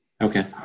Okay